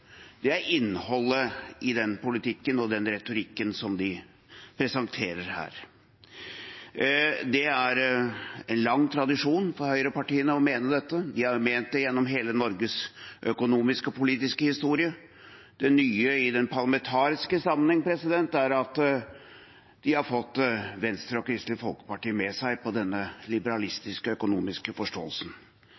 Det er innholdet i den politikken og den retorikken som de presenterer her. Det er lang tradisjon for høyrepartiene å mene dette – de har ment det gjennom hele Norges økonomiske og politiske historie. Det nye i parlamentarisk sammenheng er at de har fått Venstre og Kristelig Folkeparti med seg på denne